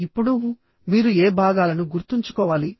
ఇప్పుడు మీరు ఏ భాగాలను గుర్తుంచుకోవాలి